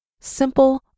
simple